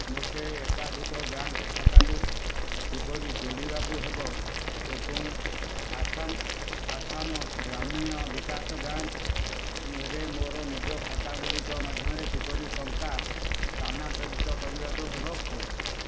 ମୋତେ ଏକାଧିକ ବ୍ୟାଙ୍କ୍ ଖାତାକୁ କିପରି ଯୋଡ଼ିବାକୁ ହେବ ଏବଂ ଆସାମ୍ ଆସାମ ଗ୍ରାମୀଣ ବିକାଶ ବ୍ୟାଙ୍କ୍ରେ ମୋର ନିଜ ଖାତାଗୁଡ଼ିକ ମଧ୍ୟରେ କିପରି ଟଙ୍କା ସ୍ଥାନାନ୍ତରିତ କରିବାକୁ ହେବ କୁହ